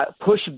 push